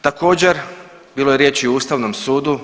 Također bilo je riječi o ustavnom sudu.